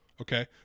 okay